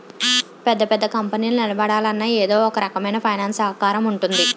పెద్ద పెద్ద కంపెనీలు నిలబడాలన్నా ఎదో ఒకరకమైన ఫైనాన్స్ సహకారం ఉంటుంది